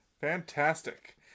Fantastic